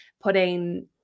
putting